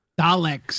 Daleks